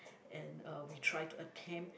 and uh we try to attempt